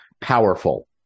powerful